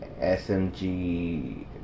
SMG